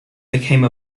became